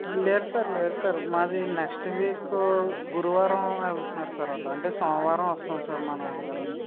లేదు సార్ లేదు సార్ మాది నెక్స్ట్ వీకు గురువారం వెళ్తున్నారు సార్ వాళ్లు అంటే సోమవారం వస్తాం సార్ మా నాన్నగారు నేను